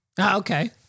okay